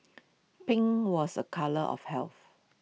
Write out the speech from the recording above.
pink was A colour of health